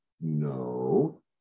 No